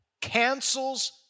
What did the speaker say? cancels